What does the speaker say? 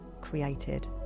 created